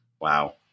Wow